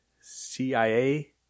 CIA